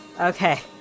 Okay